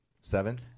Seven